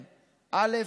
א.